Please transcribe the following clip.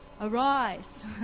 Arise